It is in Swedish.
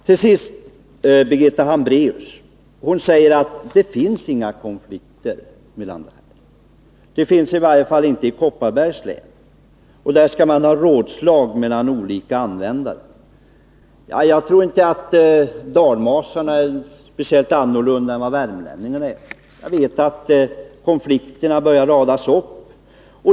Till sist: Birgitta Hambraeus säger att det inte finns några konflikter, i varje fall inte i Kopparbergs län. Där skall olika användare hålla rådslag. Jag tror inte att dalmasarna är annorlunda än värmlänningarna. Jag vet att konflikterna börjar radas upp.